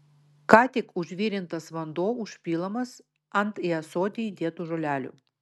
ką tik užvirintas vanduo užpilamas ant į ąsotį įdėtų žolelių